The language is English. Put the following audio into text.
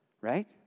right